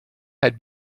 had